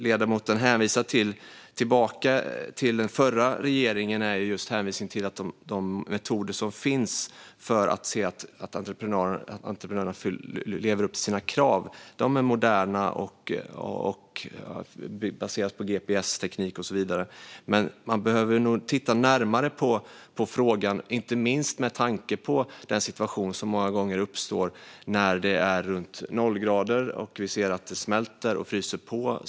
Ledamoten hänvisar tillbaka till den förra regeringen, och då handlar det just om de metoder som finns för att se att entreprenörerna lever upp till sina krav. De är moderna och baseras på gps-teknik och så vidare. Man behöver dock titta närmare på frågan, inte minst med tanke på den situation som många gånger uppstår när det är runt noll grader och det ömsom smälter och fryser på.